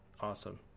awesome